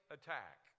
attack